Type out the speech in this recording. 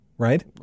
Right